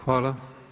Hvala.